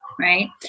right